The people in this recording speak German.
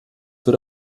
für